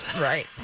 right